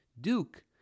Duke